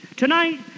Tonight